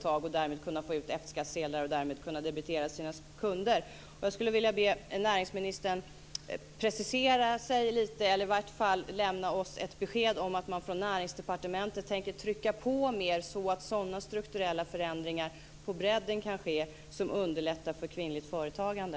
Därmed ska dessa företagare kunna få ut F-skattsedlar och kunna debitera sina kunder. Jag vill be näringsministern precisera sig eller i varje fall lämna ett besked att Näringsdepartementet kommer att trycka på så att strukturella förändringar kan ske på bredden för att underlätta för kvinnligt företagande.